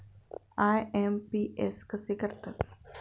IMPS कसे करतात?